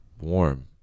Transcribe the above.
warm